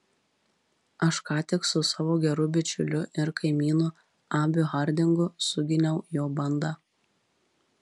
aš ką tik su savo geru bičiuliu ir kaimynu abiu hardingu suginiau jo bandą